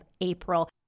April